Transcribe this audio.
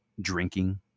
Drinking